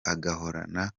agahorana